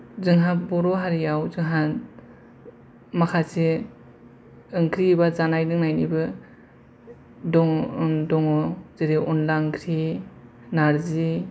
जोंहा बर' हारियाव जाहा माखासे ओंख्रि एबा जानाय लोंनायनिबो दं ओ दङ जेरै अनला ओंख्रि नार्जि